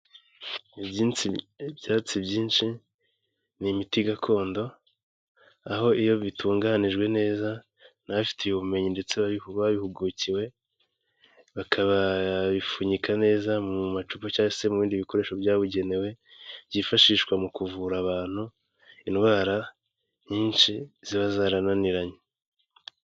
Ibyatsi byinshi ni imiti gakondo; aho iyo bitunganijwe neza n'ababifitiye ubumenyi ndetse babihugukiwe, bakabipfunyika neza mu macupa cyangwa se mu ibindi bikoresho byabugenewe byifashishwa mu kuvura abantu indwara nyinshi ziba zarananiranye.